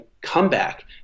comeback